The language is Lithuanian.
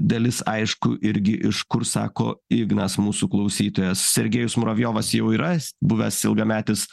dalis aišku irgi iš kur sako ignas mūsų klausytojas sergejus muravjovas jau yra jis buvęs ilgametis